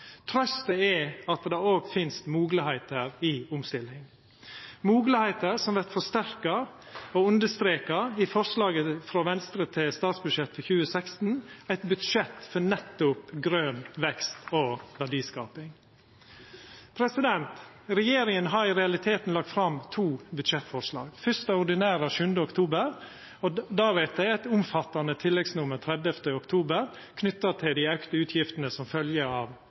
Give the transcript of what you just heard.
er at det òg finst moglegheiter i omstillingar – moglegheiter som vert forsterka og understreka i forslaget frå Venstre til statsbudsjett for 2016, eit budsjett for nettopp grøn vekst og verdiskaping. Regjeringa har i realiteten lagt fram to budsjettforslag. Fyrst det ordinære den 7. oktober, og deretter eit omfattande tilleggsnummer den 30. oktober knytt til dei auka utgiftene som fylgje av